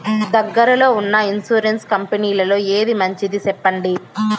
దగ్గర లో ఉన్న ఇన్సూరెన్సు కంపెనీలలో ఏది మంచిది? సెప్పండి?